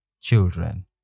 children